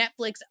Netflix